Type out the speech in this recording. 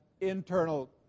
internal